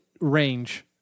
range